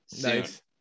Nice